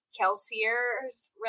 Kelsier's